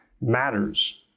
matters